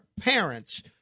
parents